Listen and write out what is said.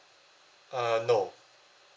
uh no